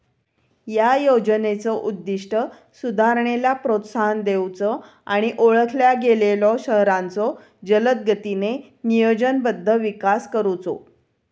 या योजनेचो उद्दिष्ट सुधारणेला प्रोत्साहन देऊचो आणि ओळखल्या गेलेल्यो शहरांचो जलदगतीने नियोजनबद्ध विकास करुचो